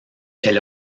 elle